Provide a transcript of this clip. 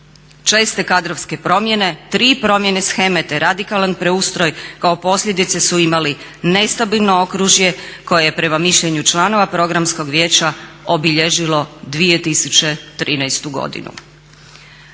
Česte kadrovske promjene, tri promjene sheme te radikalan preustroj kao posljedice su imali nestabilno okružje koje je prema mišljenju članova Programskog vijeća obilježilo 2013. godinu.